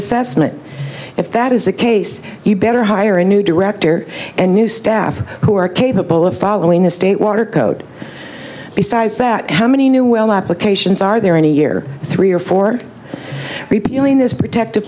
sassaman if that is the case you better hire a new director and new staff who are capable of following the state water code besides that how many new well applications are there any year three or four repealing this protective